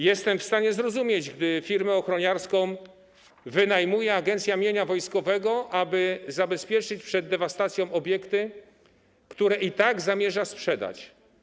Jestem w stanie zrozumieć, gdy firmę ochroniarską wynajmuje Agencja Mienia Wojskowego, aby zabezpieczyć przed dewastacją obiekty, które i tak zamierza sprzedać.